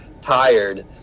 Tired